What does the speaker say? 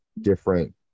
different